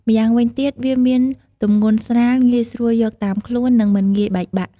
ម្យ៉ាងវិញទៀត វាមានទម្ងន់ស្រាល ងាយស្រួលយកតាមខ្លួន និងមិនងាយបែកបាក់។